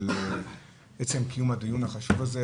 על עצם קיום הדיון החשוב הזה.